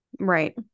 right